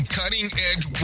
cutting-edge